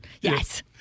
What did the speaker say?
yes